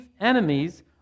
enemies